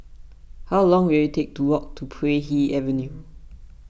how long will it take to walk to Puay Hee Avenue